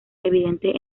evidentes